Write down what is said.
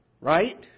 Right